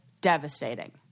devastating